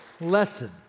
lesson